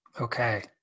Okay